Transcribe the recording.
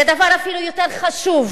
זה אפילו דבר יותר חשוב